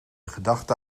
gedachte